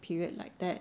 period like that